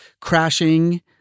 Crashing